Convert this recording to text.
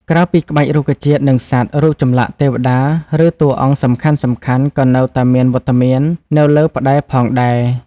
ក្រៅពីក្បាច់រុក្ខជាតិ និងសត្វ រូបចម្លាក់ ទេវតា ឬតួអង្គសំខាន់ៗ ក៏នៅតែមានវត្តមាននៅលើផ្តែរផងដែរ។